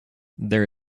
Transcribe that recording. there